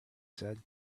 said